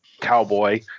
cowboy